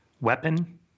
weapon